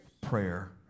prayer